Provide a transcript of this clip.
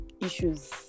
issues